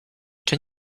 can